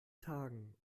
tagen